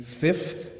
fifth